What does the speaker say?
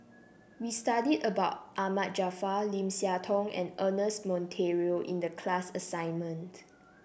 we studied about Ahmad Jaafar Lim Siah Tong and Ernest Monteiro in the class assignment